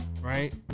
Right